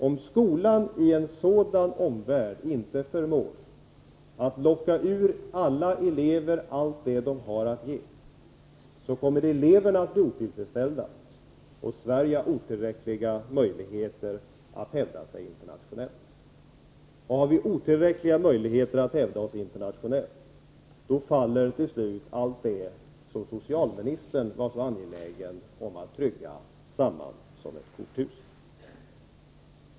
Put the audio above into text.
Om skolan i en sådan omvärld inte förmår att locka ur alla elever allt vad de har att ge, kommer eleverna att bli otillfredsställda och Sverige att ha otillräckliga möjligheter att hävda sig internationellt. Om vi har otillräckliga möjligheter att hävda oss internationellt, faller till slut allt det som socialministern var så angelägen att trygga samman som ett korthus.